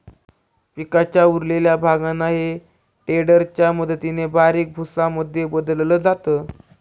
पिकाच्या उरलेल्या भागांना हे टेडर च्या मदतीने बारीक भुसा मध्ये बदलल जात